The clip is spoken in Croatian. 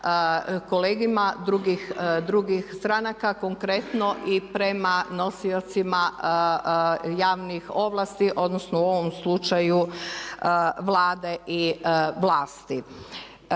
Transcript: kolegama drugih stranaka, konkretno i prema nosiocima javnih ovlasti odnosno u ovom slučaju Vlade i vlasti.